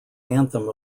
anthem